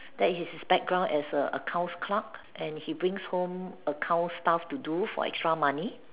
that is his background as a accounts clerk and he brings home accounts stuff to do for extra money